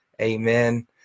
Amen